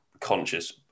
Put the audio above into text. conscious